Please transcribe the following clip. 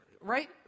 Right